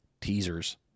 teasers